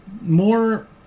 more